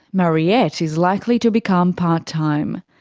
mariette is likely to become part-time.